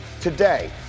today